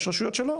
יש רשויות שלא.